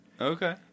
Okay